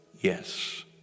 Yes